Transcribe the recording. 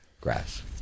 grass